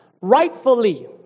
rightfully